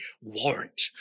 warrant